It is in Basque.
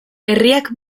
herriak